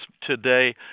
today